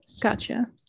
Gotcha